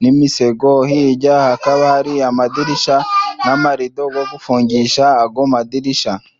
n'imisego, hirya hakaba hari amadirishya n'amarido yo gufungisha ayo madirishya.